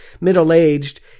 middle-aged